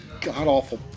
god-awful